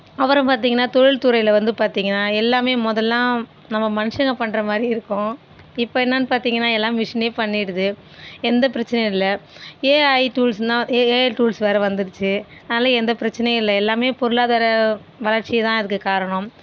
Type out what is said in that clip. அப்புறோம் பார்த்தீங்கன்னா தொழில் துறையில் வந்து பார்த்தீங்கன்னா எல்லாமே முதல்லா நம்ம மனுசங்க பண்ணுற மாதிரியே இருக்குது இப்போ என்ன பார்த்தீங்கன்னா இப்போ எல்லா மிஷினே பண்ணிடுது எந்த பிரச்சினையும் இல்லை ஏஐ டூல்ஸ்னா ஏஐ டூல்ஸ் வேறு வந்திடுச்சு அதனால எந்த பிரச்சினையும் இல்லை எல்லாமே பொருளாதார வளர்ச்சிதான் இதுக்கு காரணம்